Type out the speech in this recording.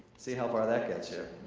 see how far that gets you.